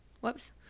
whoops